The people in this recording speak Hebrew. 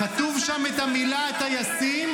כתוב שם את המילה טייסים?